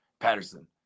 Patterson